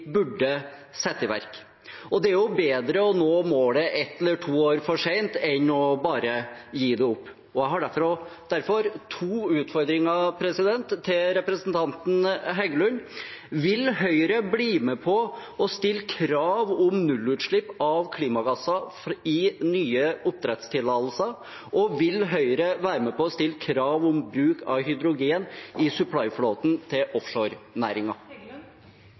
burde sette i verk? Det er bedre å nå målet ett eller to år for sent enn bare å gi det opp. Jeg har derfor to utfordringer til representanten Heggelund. Vil Høyre bli med på å stille krav om nullutslipp av klimagasser i nye oppdrettstillatelser, og vil Høyre være med på å stille krav om bruk av hydrogen i supplyflåten til